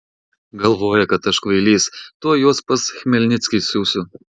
galvoja kad aš kvailys tuoj juos pas chmelnickį siųsiu